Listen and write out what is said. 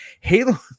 Halo